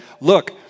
look